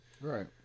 Right